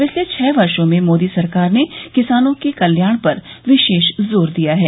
पिछले छः वर्षो में मोदी सरकार ने किसानों की कल्याण पर विशेष जोर दिया है